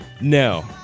No